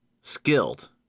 skilled